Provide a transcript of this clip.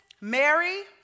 Mary